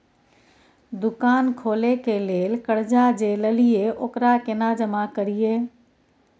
दुकान खोले के लेल कर्जा जे ललिए ओकरा केना जमा करिए?